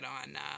on